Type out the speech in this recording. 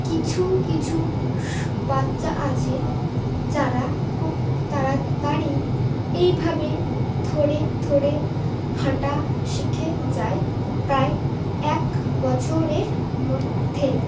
কিছু কিছু সু বাচ্চা আছে যারা খুব তাড়াতাড়ি এইভাবে ধরে ধরে হাঁটা শিখে যায় প্রায় এক বছরের মধ্যেই